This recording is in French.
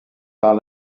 par